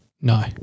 No